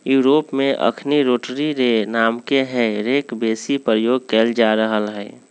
Europe में अखनि rotary रे नामके हे रेक बेशी प्रयोग कएल जा रहल हइ